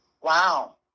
Wow